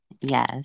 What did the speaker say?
Yes